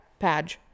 padge